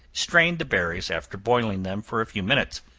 strain the berries after boiling them for a few minutes,